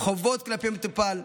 חובות כלפי מטופל,